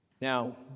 Now